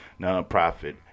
nonprofit